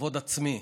לכבוד עצמי.